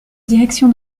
direction